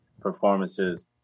performances